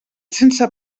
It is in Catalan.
sense